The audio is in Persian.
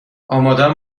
آمادم